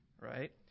right